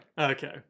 Okay